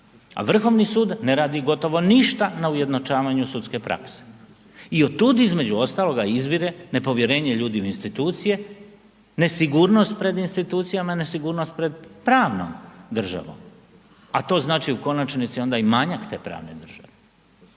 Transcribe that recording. a Vrhovni sud ne radi gotovo ništa na ujednačavanju sudske prakse i od tud između ostaloga izvire nepovjerenje ljudi u institucije, nesigurnost pred institucijama, nesigurnost pred pravnom državom a to znači u konačnici onda i manjak te pravne države.